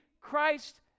Christ